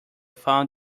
found